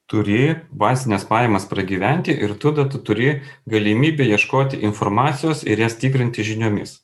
turi bazines pajamas pragyventi ir tada tu turi galimybę ieškoti informacijos ir jas tikrinti žiniomis